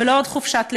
ולא עוד חופשת לידה,